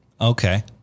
Okay